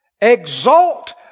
Exalt